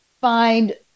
find